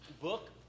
book